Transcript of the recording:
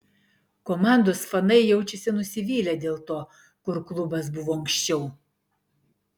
komandos fanai jaučiasi nusivylę dėl to kur klubas buvo anksčiau